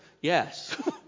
Yes